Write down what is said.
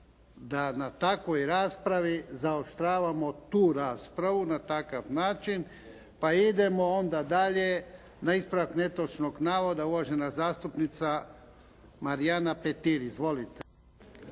da na takvoj raspravi zaoštravamo tu raspravu na takav način, pa idemo onda dalje na ispravak netočnog navoda uvažena zastupnica Marijana Petir. Izvolite.